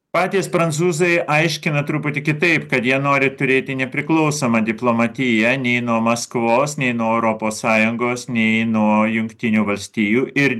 patys prancūzai aiškina truputį kitaip kad jie nori turėti nepriklausomą diplomatiją nei nuo maskvos nei nuo europos sąjungos nei nuo jungtinių valstijų ir